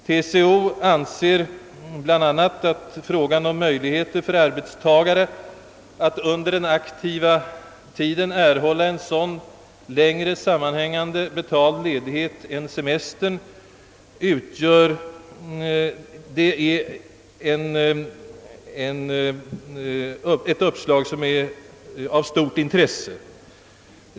TCO anser bl.a. »att frågan om möjligheter för arbetstagare att under den aktiva tiden erhålla en sådan längre sammanhängande betald ledighet än semestern utgör ——— är av stort intresse.